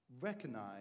recognize